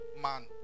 man